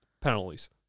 Penalties